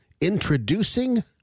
Introducing